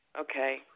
Okay